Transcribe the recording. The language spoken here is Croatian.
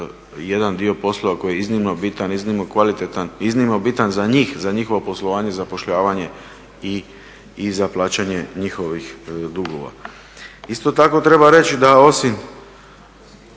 jedan dio poslova koji je iznimno bitan, iznimno kvalitetan, iznimno bitan za njih, za njihovo poslovanje i zapošljavanje i za plaćanje njihovih dugova. Isto tako treba reći da osim